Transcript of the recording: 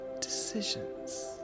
decisions